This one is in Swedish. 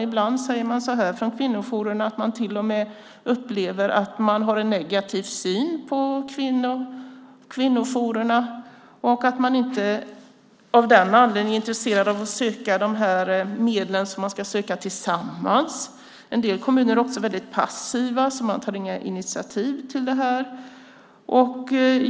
Ibland säger man från kvinnojourerna att man till och med upplever att kommunen har en negativ syn på kvinnojourerna och att man inte av den anledningen är intresserad av att söka de medel som man ska söka tillsammans. En del kommuner är också väldigt passiva och tar inga initiativ beträffande det här.